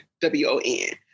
W-O-N